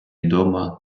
дома